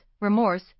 remorse